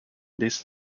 these